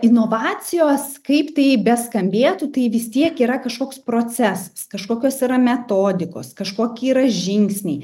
inovacijos kaip tai beskambėtų tai vis tiek yra kažkoks procesas kažkokios yra metodikos kažkokie yra žingsniai